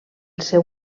seu